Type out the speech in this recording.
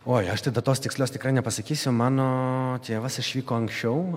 oi aš tai datos tikslios tikrai nepasakysiu mano tėvas išvyko anksčiau